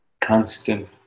Constant